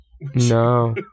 No